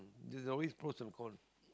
there's always pros and cons